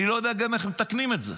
אני לא יודע גם איך מתקנים את זה.